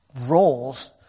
roles